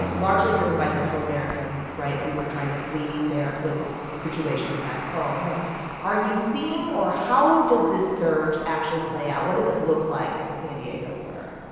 and largely driven by central americans right? who were trying to flee their political situations back home right are you seeing or how does this surge actually play out? what does it look like at the san diego border?